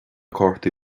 cártaí